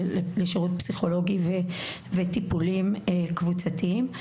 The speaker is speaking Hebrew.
לשירות פסיכולוגי ולטיפולים קבוצתיים.